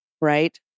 right